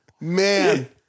Man